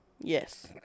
Yes